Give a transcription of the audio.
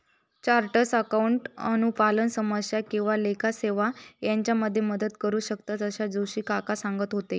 chartered accountant अनुपालन समस्या आणि लेखा सेवा हेच्यामध्ये मदत करू शकतंत, असा जोशी काका सांगत होते